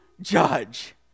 judge